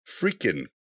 freaking